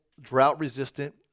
drought-resistant